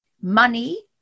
money